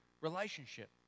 relationship